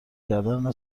کردن